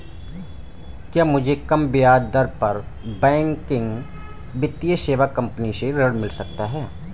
क्या मुझे कम ब्याज दर पर गैर बैंकिंग वित्तीय सेवा कंपनी से गृह ऋण मिल सकता है?